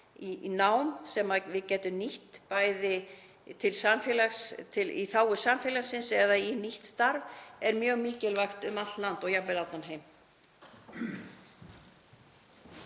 í nám sem við getum nýtt í þágu samfélagsins eða í nýtt starf er mjög mikilvægt um allt land og jafnvel um allan heim.